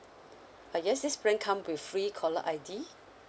uh yes this plan come with free caller I_D